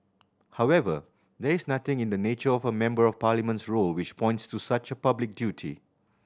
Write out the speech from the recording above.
however there is nothing in the nature of a Member of Parliament's role which points to such a public duty